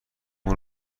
اون